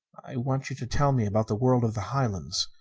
i want you to tell me about the world of the highlands.